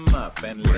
up and